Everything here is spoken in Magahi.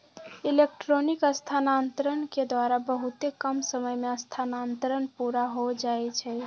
इलेक्ट्रॉनिक स्थानान्तरण के द्वारा बहुते कम समय में स्थानान्तरण पुरा हो जाइ छइ